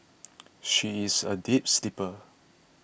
she is a deep sleeper